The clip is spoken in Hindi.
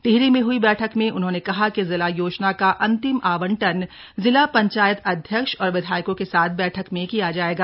टिहरी में हुई बैठक में उन्होंने कहा कि जिला योजना का अंतिम आवंटन जिला पंचायत अध्यक्ष और विधायकों के साथ बैठक में किया जाएगा